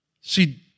See